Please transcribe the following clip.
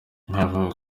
nawo